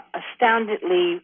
astoundedly